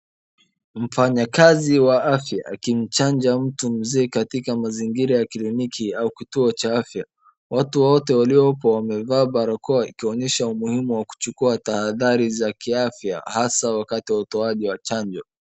Mfanyakazi wa afya akimchanga mtu mzee katika mazingiri ya kliniki au kituo cha afya. Watu wote waliopo wamevaa barakoa wakionyesha umuhimu wa wa kuchukua tahadhari za kiafya hasaa wakati wa utoaji wa chanjo.